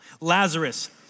Lazarus